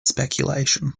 speculation